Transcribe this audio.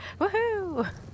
Woohoo